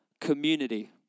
community